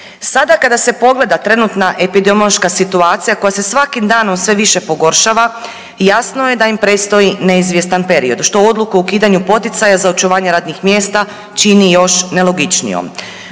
Sada kada se pogleda trenutna epidemiološka situacija koja se svakim danom sve više pogoršava jasno je da im predstoji neizvjestan period, što odluku o ukidanju poticaja za očuvanje radnih mjesta čini još nelogičnijom.